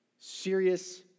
serious